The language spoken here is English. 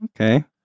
Okay